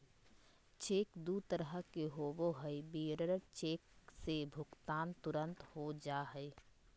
cheque दू तरह के होबो हइ, बियरर चेक से भुगतान तुरंत हो जा हइ